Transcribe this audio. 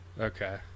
Okay